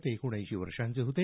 ते एकोणऐंशी वर्षांचे होते